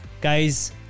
guys